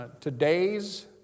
Today's